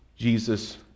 Jesus